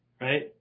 Right